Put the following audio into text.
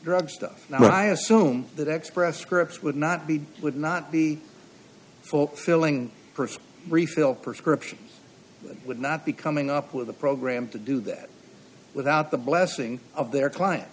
now i assume that xpress scripts would not be would not be for filling a person refill prescription would not be coming up with a program to do that without the blessing of their clients